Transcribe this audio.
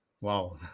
Wow